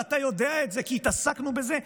ואתה יודע את זה, כי התעסקנו בזה.